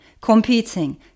competing